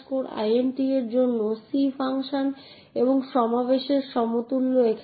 তাই আমরা অপারেটিং সিস্টেমের জন্য সবচেয়ে সাধারণ অ্যাক্সেস কন্ট্রোল মেকানিজমের একটি দেখব